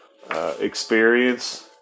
Experience